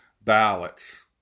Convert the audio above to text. ballots